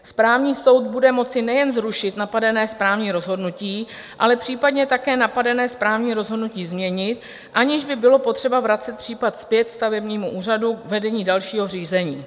Správní soud bude moci nejen zrušit napadené správní rozhodnutí, ale případně také napadené správní rozhodnutí změnit, aniž by bylo potřeba vracet případ zpět stavebnímu úřadu k vedení dalšího řízení.